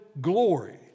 glory